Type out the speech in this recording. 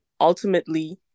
ultimately